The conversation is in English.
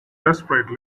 desperate